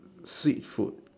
sweet food